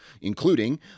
including